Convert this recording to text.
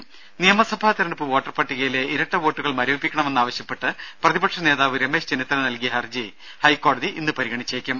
രുര നിയമസഭാ തെരഞ്ഞെടുപ്പ് വോട്ടർ പട്ടികയിലെ ഇരട്ട വോട്ടുകൾ മരവിപ്പിക്കണമെന്നാവശ്യപ്പെട്ട് പ്രതിപക്ഷ നേതാവ് രമേശ് ചെന്നിത്തല നൽകിയ ഹർജി ഹൈക്കോടതി ഇന്ന് പരിഗണിച്ചേക്കും